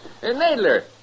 Nadler